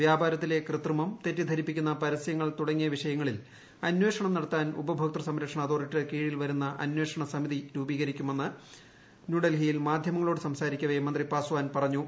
വ്യാപാരത്തിലെ കൃത്തിമുക് ്തെറ്റിദ്ധരിപ്പിക്കുന്ന പരസ്യങ്ങൾ തുടങ്ങിയ വിഷയങ്ങളിൽ അന്വേഷണം നടത്താൻ ഉപഭോക്ത്യ സംരക്ഷണ അതോറിട്ടിയുടെ കീഴിൽ അന്വേഷണ സമിതി രൂപീകരിക്കുമെന്ന് ന്യൂഡൽഹിയിൽ മാധ്യമങ്ങളോട് സംസാരിക്കവെ മന്ത്രി പാസ്വാൻ പറഞ്ഞു